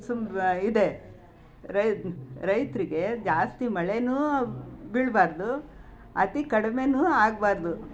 ಇದೆ ರೈತರಿಗೆ ಜಾಸ್ತಿ ಮಳೆಯೂ ಬೀಳಬಾರ್ದು ಅತೀ ಕಡಿಮೆಯೂ ಆಗಬಾರ್ದು